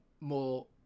more